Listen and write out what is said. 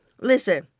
Listen